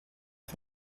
les